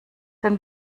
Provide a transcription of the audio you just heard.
den